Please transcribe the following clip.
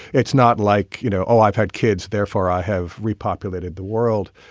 it's not like, you know, oh, i've had kids, therefore i have repopulated the world.